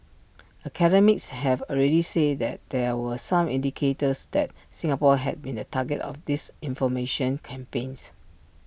academics have already said that there were some indicators that Singapore has been the target of disinformation campaigns